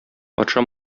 патша